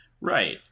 right